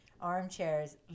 armchairs